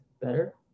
better